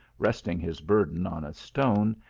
resting his burden on a stone,